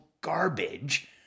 garbage